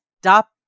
stop